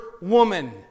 woman